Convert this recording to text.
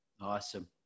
Awesome